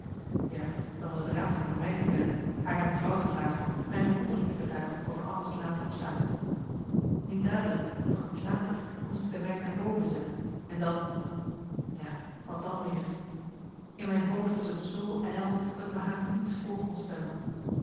ja dan was t raadzaam de meid te bellen haar naar mevrouw te vragen mijn verwondering te betuigen over anna's laat opstaan niet dadelijk doch iets later moest ik de meid naar boven zenden en dan ja wat dan weer in mijn hoofd was t zoo ijl dat ik me haast niets voor kon stellen